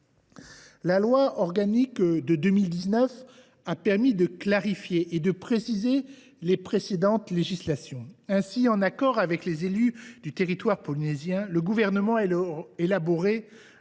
La loi organique de 2019 a permis de clarifier et de préciser les précédentes législations. Ainsi, en accord avec les élus du territoire polynésien, le Gouvernement a élaboré